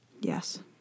Yes